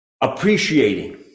appreciating